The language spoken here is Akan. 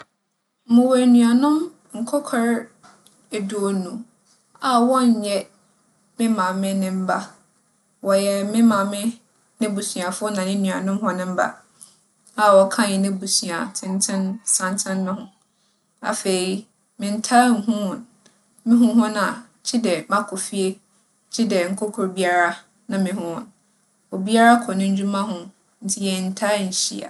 Mowͻ enuanom nkorkor eduonu a wͻnnyɛ me maame ne mba. Wͻyɛ me maame n'ebusuafo na no nuanom hͻn mba a wͻka hɛn ebusua tsentsen - santsen no ho. Afei, menntaa nnhu hͻn, mohu hͻn a, gyedɛ makͻ fie, gyedɛ nkorkor biara na mehu hͻn. Obiara kͻ no ndwuma ho ntsi yɛnntaa nnhyia.